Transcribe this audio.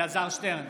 אלעזר שטרן,